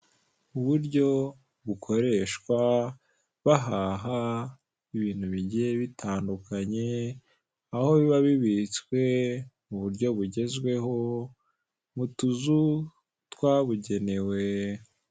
Uburyo bukoreshwa bahaha bintu bigiye bitandukanye aho biba bibitswe mu buryo bugezweho mu tuzu twabugenewe.